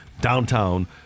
Downtown